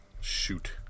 shoot